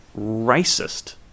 racist